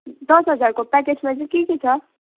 दस हजारको प्याकेजमा चाहिँ के के छ